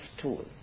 tool